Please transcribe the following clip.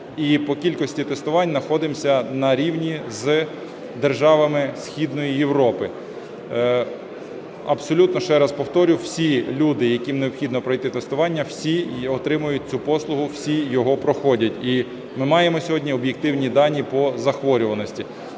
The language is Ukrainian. і по кількості тестувань знаходимося на рівні з державами Східною Європи. Абсолютно ще раз повторюю, всі люди, яким необхідно пройти тестування, всі отримують цю послугу, всі його проходять. І ми маємо сьогодні об'єктивні дані по захворюваності.